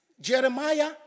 Jeremiah